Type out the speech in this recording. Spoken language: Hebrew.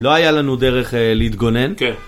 לא היה לנו דרך להתגונן? כן